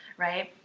right?